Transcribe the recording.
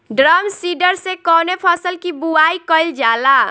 Drum seeder से कवने फसल कि बुआई कयील जाला?